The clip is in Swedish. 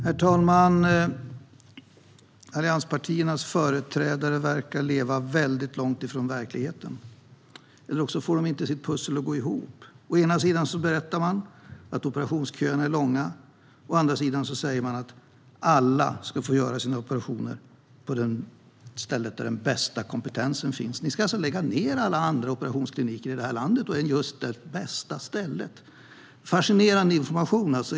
Herr talman! Allianspartiernas företrädare verkar leva väldigt långt från verkligheten, eller också får de inte sitt pussel att gå ihop. Å ena sidan berättar man att operationsköerna är långa, å andra sidan säger man att alla ska få göra sina operationer på det ställe där den bästa kompetensen finns. Ni ska alltså lägga ned alla andra operationskliniker i landet än just det bästa stället. Fascinerande information!